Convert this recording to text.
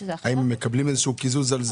האם הם מקבלים איזשהו קיזוז על זה?